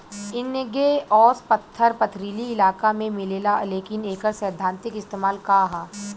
Igneous पत्थर पथरीली इलाका में मिलेला लेकिन एकर सैद्धांतिक इस्तेमाल का ह?